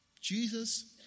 Jesus